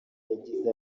yagize